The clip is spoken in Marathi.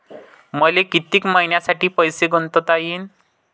मले कितीक मईन्यासाठी पैसे गुंतवता येईन?